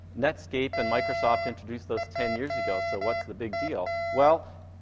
netscape and microsoft introduced those ten years ago, so what's the big deal? well,